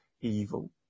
evil